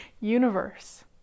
universe